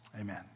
Amen